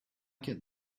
get